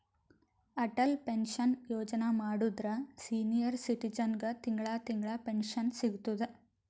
Atal pension Yojana ಮಾಡುದ್ರ senior ಸಿಟಿಜನ್ಗ ತಿಂಗಳಾ ತಿಂಗಳಾ ಪೆನ್ಶನ್ ಸಿಗ್ತುದ್